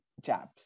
jabs